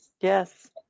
Yes